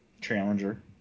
Challenger